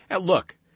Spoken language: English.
Look